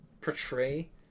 portray